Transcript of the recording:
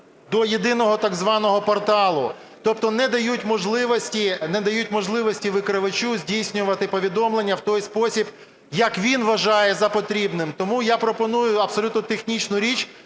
до єдиного так званого порталу. Тобто не дають можливості викривачу здійснювати повідомлення в той спосіб як він вважає за потрібне. Тому я пропоную абсолютно технічну річ: